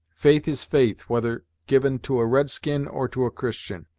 faith is faith, whether given to a red-skin, or to a christian.